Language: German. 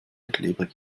klebrig